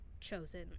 chosen